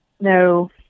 No